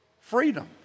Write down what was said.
freedom